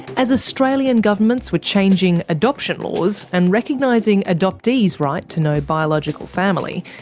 as australian governments were changing adoption laws, and recognising adoptees' right to know biological family,